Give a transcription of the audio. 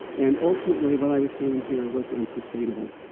and ultimately, what i was doing here was unsustainable,